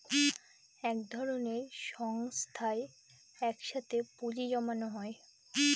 এক ধরনের সংস্থায় এক সাথে পুঁজি জমানো হয়